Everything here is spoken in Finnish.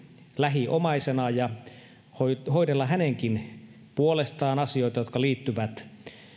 lähiomaisena ja hoidella hänenkin puolestaan asioita jotka liittyivät